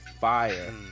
fire